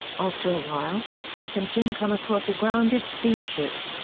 after a while, huck and jim come across a grounded steamship.